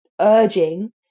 urging